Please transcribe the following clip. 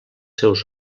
seus